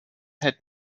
head